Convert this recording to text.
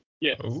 Yes